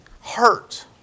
hurt